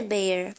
Bear